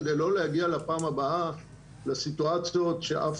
כדי לא להגיע בפעם הבאה לסיטואציות שאף